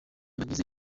bagize